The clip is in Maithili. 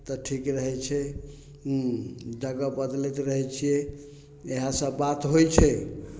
तऽ ठीक रहय छै जगह बदलैत रहय छियै इएह सब बात होइ छै